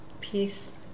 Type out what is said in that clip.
peace